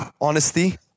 Honesty